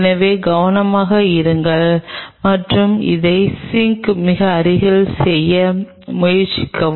எனவே கவனமாக இருங்கள் மற்றும் அதை சிங்க் மிக அருகில் செய்ய முயற்சிக்கவும்